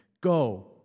Go